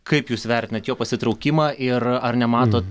kaip jūs vertinat jo pasitraukimą ir ar nematot